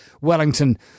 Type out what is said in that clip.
Wellington